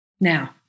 now